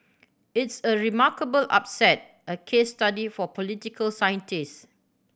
it's a remarkable upset a case study for political scientist